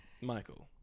Michael